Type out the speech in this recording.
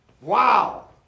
Wow